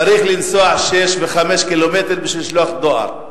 צריך לנסוע 6 ו-5 קילומטר בשביל לשלוח דואר.